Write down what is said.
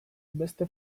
beste